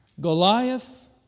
Goliath